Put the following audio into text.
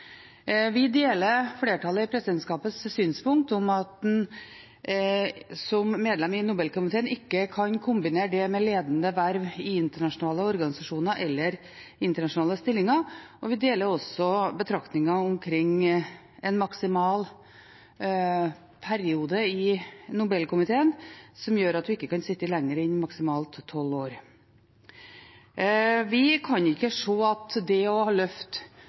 Vi deler flertallet i presidentskapets synspunkt om at en som medlem i Nobelkomiteen ikke kan kombinere det med ledende verv i internasjonale organisasjoner eller internasjonale stillinger, og vi deler også betraktninger omkring en maksimal periode i Nobelkomiteen, som gjør at man ikke kan sitte lenger enn maksimalt tolv år. Vi kan ikke se at det